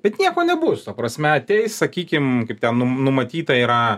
bet nieko nebus ta prasme ateis sakykim kaip ten num numatyta yra